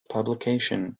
publication